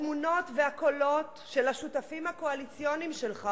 התמונות והקולות של השותפים הקואליציוניים שלך,